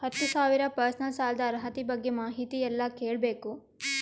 ಹತ್ತು ಸಾವಿರ ಪರ್ಸನಲ್ ಸಾಲದ ಅರ್ಹತಿ ಬಗ್ಗೆ ಮಾಹಿತಿ ಎಲ್ಲ ಕೇಳಬೇಕು?